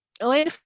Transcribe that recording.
Elaine